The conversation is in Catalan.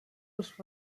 els